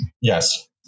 Yes